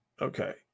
Okay